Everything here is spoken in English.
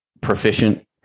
proficient